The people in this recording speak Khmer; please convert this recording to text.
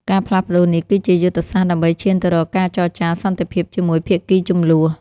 ការផ្លាស់ប្តូរនេះគឺជាយុទ្ធសាស្ត្រដើម្បីឈានទៅរកការចរចាសន្តិភាពជាមួយភាគីជម្លោះ។